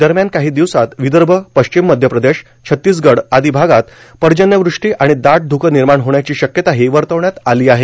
दरम्यान काही दिवसांत विदर्भ पश्चिम मध्य प्रदेश छत्तीसगढ आदि भागात पर्जन्यवृष्टी आणि दाट ध्कं निर्माण होण्याची शक्यताही वर्तवण्यात आली आहे